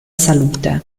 salute